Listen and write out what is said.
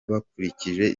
bakurikije